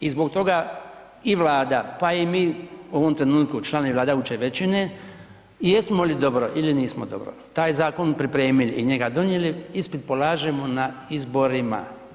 I zbog toga i Vlada, pa i mi u ovom trenutku članova vladajuće većine jesmo li dobro ili nismo dobro taj zakon pripremili i njega donijeli ispit polažemo na izborima.